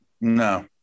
No